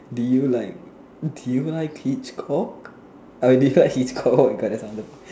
do you like do you like hitch cock I mean do you like hitch cock oh my god that sounded